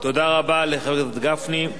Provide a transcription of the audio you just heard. תודה רבה לחבר הכנסת גפני.